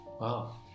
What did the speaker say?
Wow